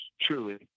truly